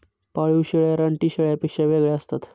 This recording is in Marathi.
पाळीव शेळ्या रानटी शेळ्यांपेक्षा वेगळ्या असतात